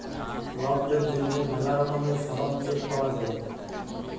লকদের জ্যনহে ম্যালা রকমের শরম চেক পাউয়া যায়